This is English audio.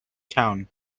town